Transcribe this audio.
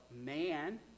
man